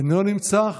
אינו נמצא.